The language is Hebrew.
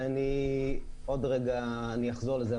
ועוד רגע אחזור לזה.